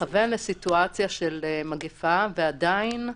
מכוון לסיטואציה של מגיפה, ועדיין,